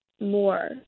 more